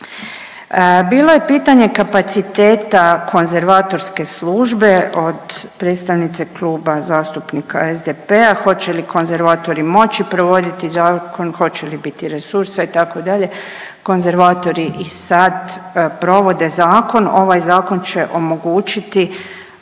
Bilo je pitanje kapaciteta konzervatorske službe od predstavnice Kluba zastupnika SDP-a, hoće li konzervatori moći provoditi zakon hoće li biti resursa itd., konzervatori i sad provode zakon. Ovaj zakon će omogućiti